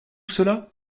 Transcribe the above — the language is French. cela